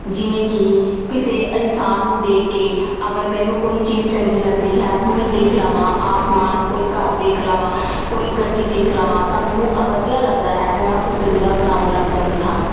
ਜਿਵੇਂ ਕਿ ਕਿਸੇ ਇਨਸਾਨ ਨੂੰ ਦੇਖ ਕੇ ਅਗਰ ਮੈਨੂੰ ਕੋਈ ਚੀਜ਼ ਚੰਗੀ ਲੱਗਦੀ ਹੈ ਫੁੱਲ ਦੇਖ ਲਵਾਂ ਆਸਮਾਨ ਕੋਈ ਘਰ ਦੇਖ ਲਵਾਂ ਕੋਈ ਗੱਡੀ ਦੇਖ ਲਵਾਂ ਤਾਂ ਮੈਨੂੰ ਵਧੀਆ ਲੱਗਦਾ ਹੈ ਅਤੇ ਮੈਂ ਉਹ ਤਸਵੀਰਾਂ ਬਣਾਉਣ ਲੱਗ ਜਾਂਦੀ ਹਾਂ